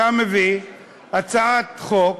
שאתה מביא הצעת חוק